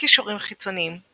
קישורים חיצוניים ==